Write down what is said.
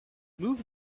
move